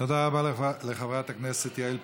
תודה רבה לחברת הכנסת יעל פארן.